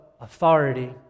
authority